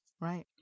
Right